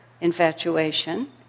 infatuation